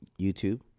YouTube